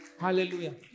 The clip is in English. hallelujah